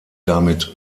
damit